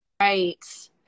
right